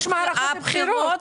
חמש מערכות בחירות.